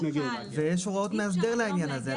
יש הוראות מאסדר לעניין הזה.